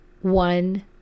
one